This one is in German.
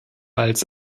als